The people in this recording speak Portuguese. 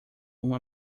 uma